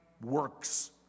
Works